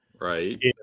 right